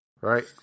right